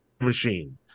Machine